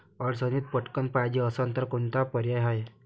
अडचणीत पटकण पायजे असन तर कोनचा पर्याय हाय?